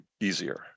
easier